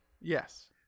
yes